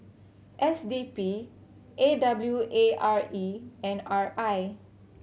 S D P A W A R E and R I